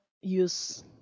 use